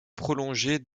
prolonger